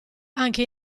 anche